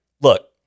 look